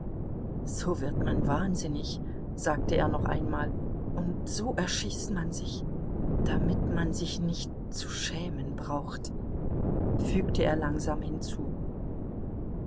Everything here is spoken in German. so wird man wahnsinnig sagte er noch einmal und so erschießt man sich damit man sich nicht zu schämen braucht fügte er langsam hinzu